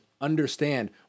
understand